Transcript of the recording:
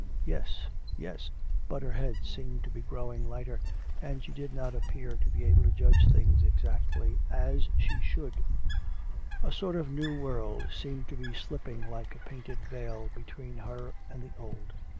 yes, yes but her head seemed to be growing lighter, and she did not appear to be able to judge things exactly as she should a sort of new world seemed to be slipping like a painted veil between her and the old.